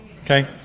Okay